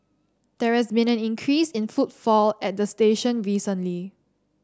there has been an increase in footfall at the station recently